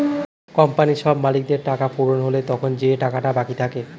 কোম্পানির সব মালিকদের টাকা পূরণ হলে তখন যে টাকাটা বাকি থাকে